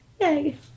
Yay